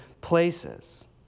places